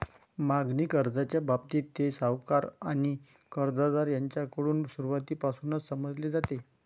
मागणी कर्जाच्या बाबतीत, ते सावकार आणि कर्जदार यांच्याकडून सुरुवातीपासूनच समजले जाते